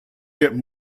get